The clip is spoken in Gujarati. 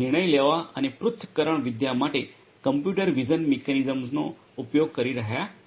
નિર્ણય લેવા અને પૃથક્કરણવિદ્યા માટે કમ્પ્યુટર વિઝન મિકેનિઝમ્સનો ઉપયોગ કરી રહ્યાં છે